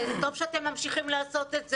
וטוב שאתם ממשיכים לעשות את זה,